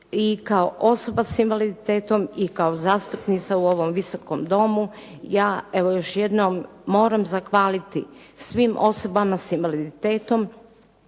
i kao osoba s invaliditetom i kao zastupnica u ovom Visokom domu ja evo, još jednom moram zahvaliti svim osobama s invaliditetom